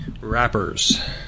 Rappers